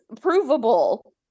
provable